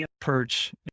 perch